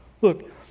Look